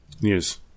News